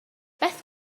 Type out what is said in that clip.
beth